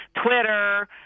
twitter